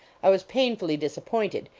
i was painfully disappointed,